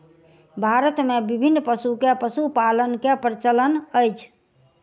भारत मे विभिन्न पशु के पशुपालन के प्रचलन अछि